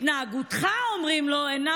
התנהגותך, אומרים לו, אינה